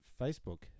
Facebook